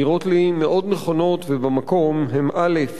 שנראות לי מאוד נכונות ובמקום, הן, א.